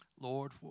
Lord